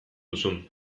duzun